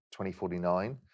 2049